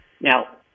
Now